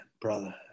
brother